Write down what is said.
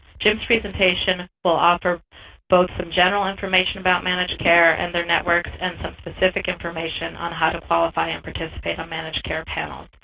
jim's presentation will offer both some general information about managed care and their networks and some specific information on how to qualify and participate on managed care panels.